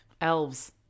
elves